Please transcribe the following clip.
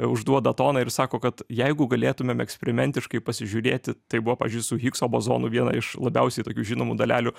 užduoda toną ir sako kad jeigu galėtumėm eksperimentiškai pasižiūrėti tai buvo pavyzdžiui su higso bozonu viena iš labiausiai tokių žinomų dalelių